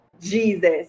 jesus